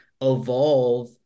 evolve